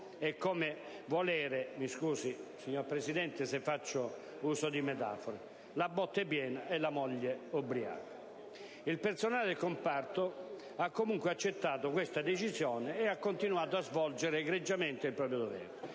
di metafore - «la botte piena e la moglie ubriaca». Il personale del comparto ha comunque accettato questa decisione e ha continuato a svolgere egregiamente il proprio dovere.